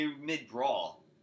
mid-brawl